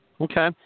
Okay